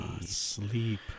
sleep